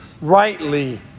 rightly